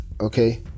okay